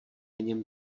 něm